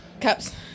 Cups